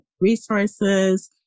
resources